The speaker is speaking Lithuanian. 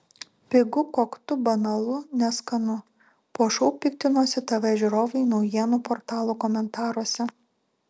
pigu koktu banalu neskanu po šou piktinosi tv žiūrovai naujienų portalų komentaruose